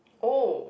oh